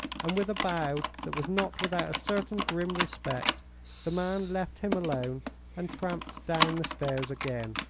and with a bow that was not without a certain grim respect the man left him alone and tramped down the stairs again.